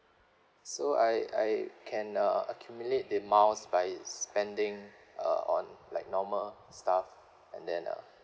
so I I can uh accumulate the miles by spending uh on like normal stuff and then uh